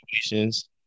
situations